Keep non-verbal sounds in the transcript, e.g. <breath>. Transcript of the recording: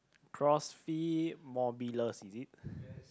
CrossFit Mobilus is it <breath>